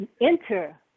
enter